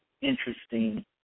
interesting